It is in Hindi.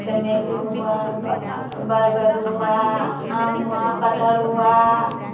चमेली हुआ बरगद हुआ आम हुआ कटहल हुआ